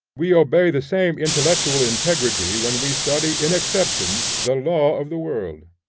we obey the same intellectual integrity when we study in exceptions the law of the world.